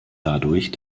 dadurch